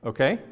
Okay